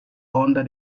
under